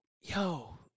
yo